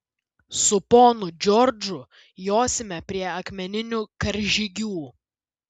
su ponu džordžu josime prie akmeninių karžygių